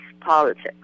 politics